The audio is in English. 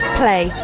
play